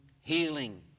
healing